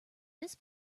this